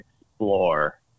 explore